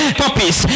puppies